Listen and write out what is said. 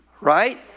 right